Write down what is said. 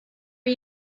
are